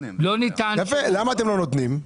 למה אתם לא נותנים?